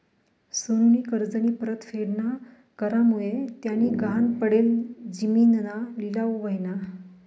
सोनूनी कर्जनी परतफेड ना करामुये त्यानी गहाण पडेल जिमीनना लिलाव व्हयना